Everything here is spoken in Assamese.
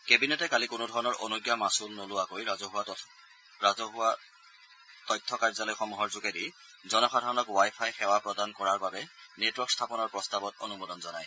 কেবিনেটে কালি কোনোধৰণৰ অনুজ্ঞা মাছুল নোলোৱালৈ ৰাজহুৱা তথ্য কাৰ্যালয়সমূহৰ যোগেদি জনসাধাৰণক ৱাই ফাই সেৱা প্ৰদান কৰাৰ বাবে নেটৱৰ্ক স্থাপনৰ প্ৰস্তাৱত অনুমোদন জনায়